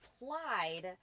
applied